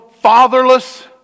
fatherless